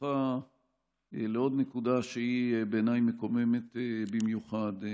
התייחסותך לעוד נקודה שהיא בעיניי מקוממת במיוחד.